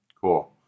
Cool